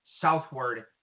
southward